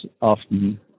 often